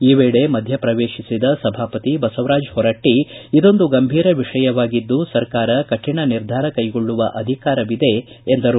ಈ ವೇಳೆ ಮಧ್ಯಪ್ರವೇಶಿಸಿದ ಸಭಾಪತಿ ಬಸವರಾಜ್ ಹೊರಟ್ಟಿ ಇದೊಂದು ಗಂಭೀರ ವಿಷಯವಾಗಿದ್ದು ಸರ್ಕಾರ ಕಠಿಣ ನಿರ್ಧಾರ ಕೈಗೊಳ್ಳುವ ಅಧಿಕಾರವಿದೆ ಎಂದರು